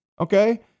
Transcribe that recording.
Okay